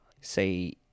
say